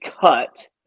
cut